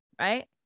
right